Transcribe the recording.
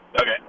Okay